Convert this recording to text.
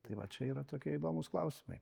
tai va čia yra tokie įdomūs klausimai